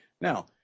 Now